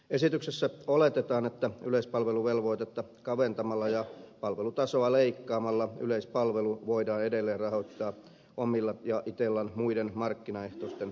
esityksessä oletetaan että yleispalveluvelvoitetta kaventamalla ja palvelutasoa leikkaamalla yleispalvelu voidaan edelleen rahoittaa omilla ja itellan muiden markkinaehtoisten tuotteitten tuotoilla